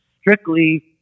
strictly